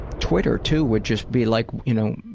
twitter too, would just be like, you know,